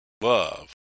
love